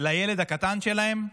לילד הקטן שלהם.